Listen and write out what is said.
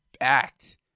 act